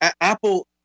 Apple